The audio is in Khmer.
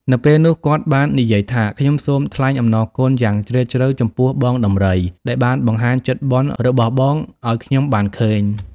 នៅពេលនោះគាត់បាននិយាយថា“ខ្ញុំសូមថ្លែងអំណរគុណយ៉ាងជ្រាលជ្រៅចំពោះ បងដំរីដែលបានបង្ហាញចិត្តបុណ្យរបស់បងឱ្យខ្ញុំបានឃើញ ។